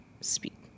speak